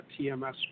TMS